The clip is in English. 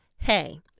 hey